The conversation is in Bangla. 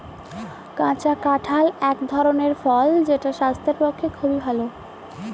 কাঁচা কাঁঠাল এক ধরনের ফল যেটা স্বাস্থ্যের পক্ষে খুবই ভালো